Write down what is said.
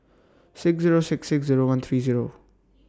six Zero six six Zero one three Zero